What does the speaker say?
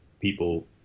people